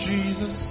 Jesus